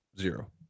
Zero